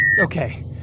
Okay